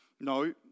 No